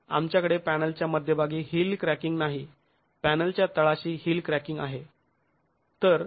आमच्याकडे पॅनलच्या मध्यभागी हिल क्रॅकिंग नाही पॅनच्या तळाशी हिल क्रॅकिंग आहे